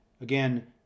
Again